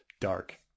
dark